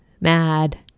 mad